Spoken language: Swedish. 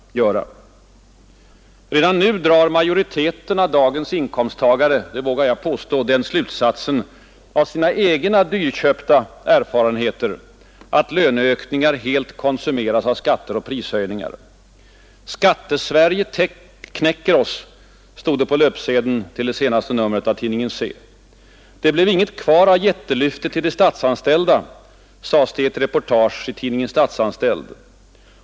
Redan nu drar majoriteten av dagens inkomsttagare — det vågar jag påstå — den slutsatsen av sina egna dyrköpta erfarenheter att löneökningarna helt konsumeras av skatter och prishöjningar. ”Skattesverige knäcker oss”, stod det på löpsedeln till det senaste numret av tidningen Se. ”Det blev inget kvar av jättelyftet till de statsanställda”, sades det i ett reportage i tidningen Statsanställd.